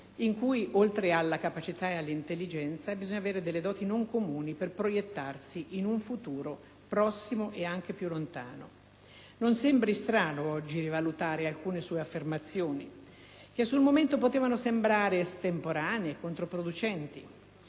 in cui, oltre alla capacità e all'intelligenza, bisogna avere delle doti non comuni per proiettarsi in un futuro, prossimo e anche più lontano. Non sembri strano oggi rivalutare alcune sue affermazioni, che sul momento potevano sembrare estemporanee e controproducenti.